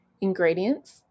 Ingredients